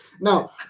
Now